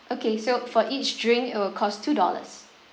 okay so for each drink it will cost two dollars